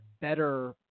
better